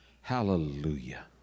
Hallelujah